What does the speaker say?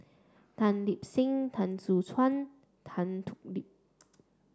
Tan Lip Seng Teo Soon Chuan Tan Thoon Lip